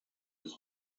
his